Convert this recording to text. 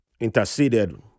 interceded